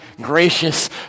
gracious